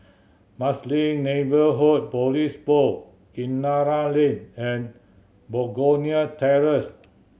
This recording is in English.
Marsiling Neighbourhood Police Kinara Lane and Begonia Terrace